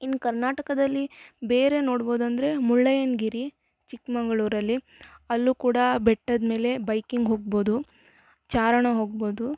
ಇನ್ನು ಕರ್ನಾಟಕದಲ್ಲಿ ಬೇರೆ ನೋಡ್ಬೌದಂದರೆ ಮುಳ್ಳಯ್ಯನ್ಗಿರಿ ಚಿಕ್ಕಮಗ್ಳೂರಲ್ಲಿ ಅಲ್ಲೂ ಕೂಡ ಬೆಟ್ಟದ ಮೇಲೆ ಬೈಕಿಂಗ್ ಹೋಗ್ಬೋದು ಚಾರಣ ಹೋಗ್ಬೋದು